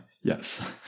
yes